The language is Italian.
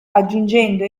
aggiungendo